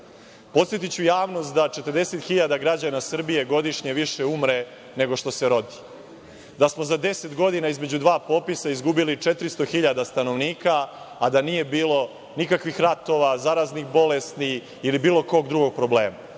javnost da 40 hiljada građana Srbije godišnje više umre, nego što se rodi, da smo za 10 godina, između dva popisa, izgubili 400 hiljada stanovnika, a da nije bilo nikakvih ratova, zaraznih bolesti ili bilo kog drugog problema.